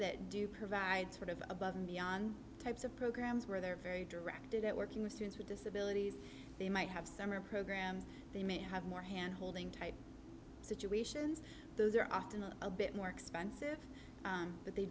that do provide sort of above and beyond types of programs where they're very directed at working with students with disabilities they might have summer programs they may have more hand holding type situations those are often a bit more expensive but they